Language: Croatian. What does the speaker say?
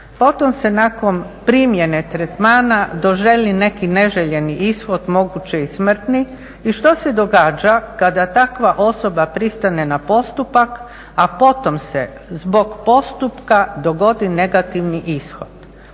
Potom se nakon primjene tretmana … neki neželjeni ishod, moguće i smrtni i što se događa kada takva osoba pristane na postupak, a potom se zbog postupka dogodi negativni ishod.